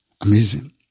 Amazing